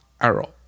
arrow